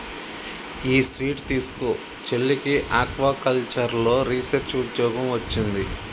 ఈ స్వీట్ తీస్కో, చెల్లికి ఆక్వాకల్చర్లో రీసెర్చ్ ఉద్యోగం వొచ్చింది